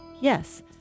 Yes